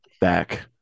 back